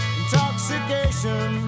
intoxication